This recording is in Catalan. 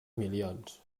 milions